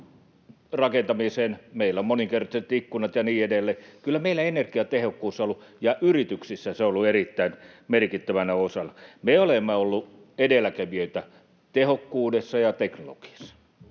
rakentamiseen: meillä on moninkertaiset ikkunat ja niin edelleen. Eli kyllä meillä energiatehokkuus on ollut, ja yrityksissä se ollut erittäin merkittävänä osana. Me olemme olleet edelläkävijöitä tehokkuudessa ja teknologiassa,